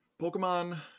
Pokemon